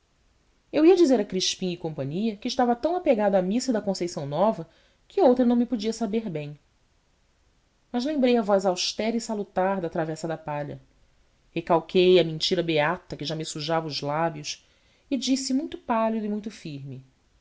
eu ia dizer a crispim cia que estava tão apegado à missa da conceição nova que outra não me podia saber bem mas lembrei a voz austera e salutar da travessa da palha recalquei a mentira beata que já me sujava os lábios e disse muito pálido e muito firme